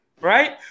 right